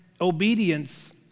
obedience